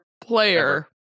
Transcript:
player